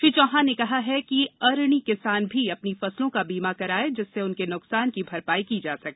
श्री चौहान ने कहा है कि अऋणी किसान भी अपनी फसलों का बीमा कराएं जिससे उनके नुकसान की भरपाई की जा सके